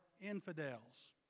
infidels